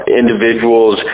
individuals